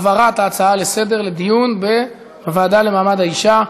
על העברת ההצעה לסדר-היום לדיון בוועדה לקידום מעמד האישה.